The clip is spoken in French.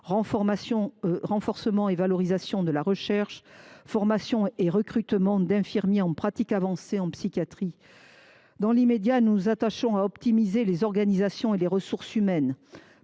renforcement et valorisation de la recherche et de la formation ; recrutement d’infirmiers en pratique avancée en psychiatrie… Dans l’immédiat, nous nous attachons à optimiser les organisations et les ressources humaines